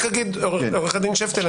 עורך הדין שפטל,